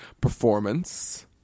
performance